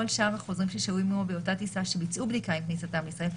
שאר החוזרים ששהו עמו באותה טיסה שביצעו בדיקה עם כניסתם לישראל,